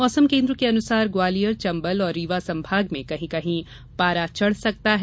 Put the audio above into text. मौसम केन्द्र के अनुसार ग्वालियर चंबल और रीवा संभाग में कहीं कहीं पारा चढ़ सकता है